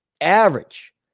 Average